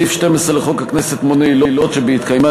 סעיף 12 לחוק הכנסת מונה עילות שבהתקיימן